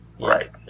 right